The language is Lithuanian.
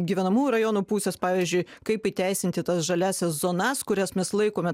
gyvenamųjų rajonų pusės pavyzdžiui kaip įteisinti tas žaliąsias zonas kurias mes laikome